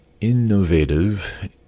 innovative